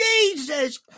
Jesus